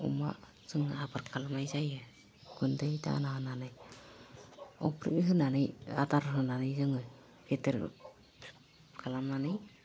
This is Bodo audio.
अमा जों आबार खालामनाय जायो गुन्दै दाना होनानै अफ्रि होनानै आदार होनानै जोङो गेदेर खालामनानै